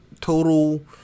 Total